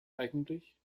eigentlich